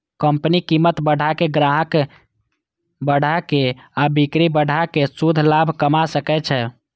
company कीमत बढ़ा के, ग्राहक बढ़ा के आ बिक्री बढ़ा कें शुद्ध लाभ कमा सकै छै